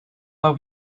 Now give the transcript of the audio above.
over